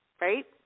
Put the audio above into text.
right